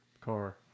car